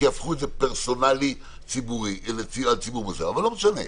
כי הפכו את זה פרסונלי לציבור הזה, אבל לא משנה.